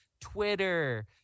Twitter